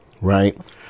Right